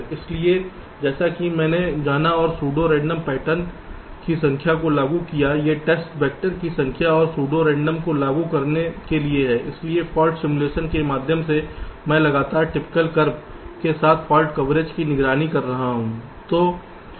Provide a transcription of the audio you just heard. इसलिए जैसा कि मैंने जाना और सूडो रेंडम टेस्ट पैटर्न की संख्या को लागू किया ये टेस्ट वैक्टर की संख्या और सूडो रेंडम को लागू करने के लिए हैं इसलिए फाल्ट सिमुलेशन के माध्यम से मैं लगातार टिपिकल कर्वे के साथ फाल्ट कवरेज की निगरानी कर रहा हूं